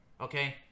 okay